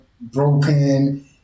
broken